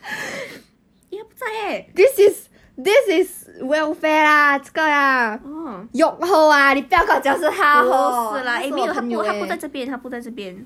eh 他不在 leh orh 不是 lah eh 没有他不他不在这边他不在这边